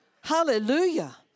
Hallelujah